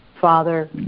Father